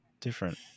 different